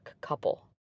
couple